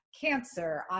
Cancer